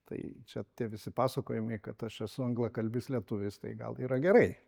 tai čia tie visi pasakojimai kad aš esu anglakalbis lietuvis tai gal yra gerai